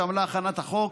שעמלה על הכנת החוק,